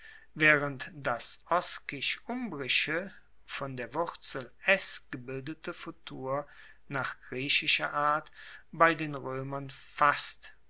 waehrend das oskisch umbrische von der wurzel es gebildete futur nach griechischer art her est wie bei den roemern fast